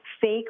fake